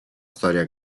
storia